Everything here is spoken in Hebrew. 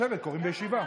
קוראים בישיבה.